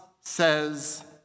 says